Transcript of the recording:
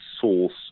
source